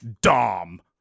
Dom